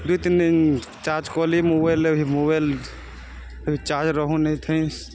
ଦୁଇ ତିନ୍ ଦିନ୍ ଚାର୍ଜ୍ କଲି ମୋବାଇଲ୍ରେ ଇ ମୋବାଇଲ୍ ଚାର୍ଜ୍ ରହୁନାଇଁଥାଇ